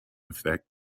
effects